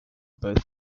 both